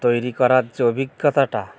তৈরি করার যে অভিজ্ঞতাটা